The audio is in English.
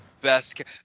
best